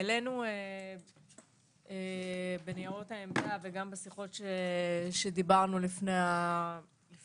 העלינו בניירות העמדה וגם בשיחות שהיו לנו לפני הישיבה.